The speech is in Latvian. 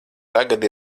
tagad